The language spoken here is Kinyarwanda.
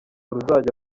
ruzajya